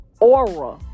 aura